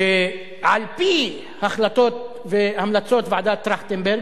שעל-פי החלטות והמלצות ועדת-טרכטנברג,